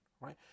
right